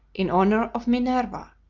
in honor of minerva,